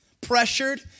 pressured